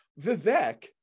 Vivek